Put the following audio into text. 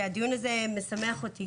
שהדיון הזה משמח אותי,